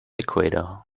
equator